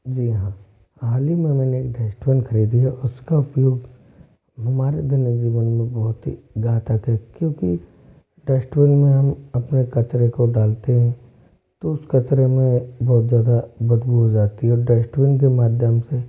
जी हाँ हाल ही में मैंने एक डश्टबिन खरीदी है उसका उपयोग हमारे दैनिक जीवन में बहुत ही घातक है क्योंकि डश्टबिन में हम अपने कचरे को डालते हैं तो उस कचरे में बहुत ज़्यादा बदबू हो जाती है और डश्टबिन के माध्यम से